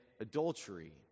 adultery